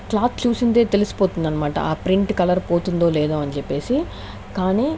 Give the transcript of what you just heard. cloth చూస్తుందే తెలిసిపోతుందన్నమాట ఆ ప్రింట్ కలర్ పోతుందో లేదో అని చెప్పేసి కానీ